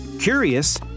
Curious